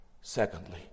Secondly